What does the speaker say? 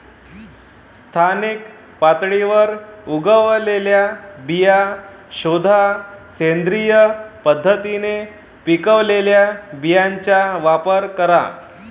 स्थानिक पातळीवर उगवलेल्या बिया शोधा, सेंद्रिय पद्धतीने पिकवलेल्या बियांचा वापर करा